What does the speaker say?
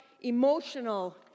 emotional